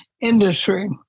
industry